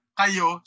kayo